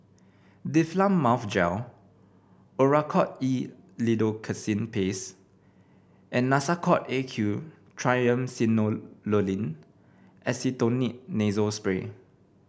Difflam Mouth Gel Oracort E Lidocaine Paste and Nasacort A Q Triamcinolone Acetonide Nasal Spray